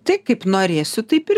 tai kaip norėsiu taip ir